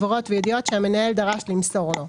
הבהרות וידיעות שהמנהל דרש למסור לו.